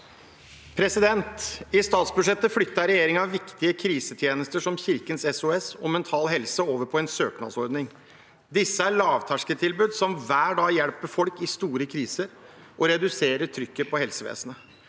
«I statsbudsjettet flyttet regjeringen viktige krisetjenester som Kirkens SOS og Mental Helse over på en søknadsordning. Disse er lavterskeltilbud som hver dag hjelper folk i store kriser og reduserer trykket på helsevesenet.